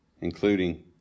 including